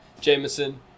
Jameson